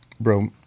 bro